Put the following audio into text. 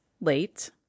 late